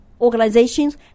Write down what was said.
organizations